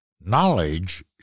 Knowledge